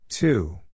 Two